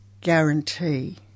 guarantee